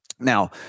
Now